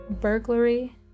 Burglary